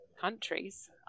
countries